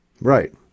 Right